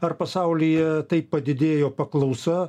ar pasaulyje taip padidėjo paklausa